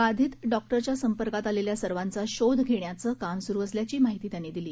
बाधित डॉक्टरच्या संपर्कात आलेल्या सर्वांचा शोध घेण्याचं काम सुरु असल्याची माहिती त्यांनी दिली